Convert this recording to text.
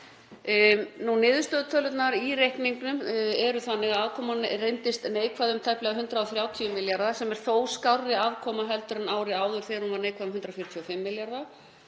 Niðurstöðutölurnar í reikningnum eru þannig að afkoma reyndist neikvæð um tæplega 130 milljarða, sem er þó skárri afkoma heldur en árið áður þegar hún var neikvæð um 145 milljarða.